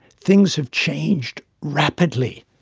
things have changed, rapidly.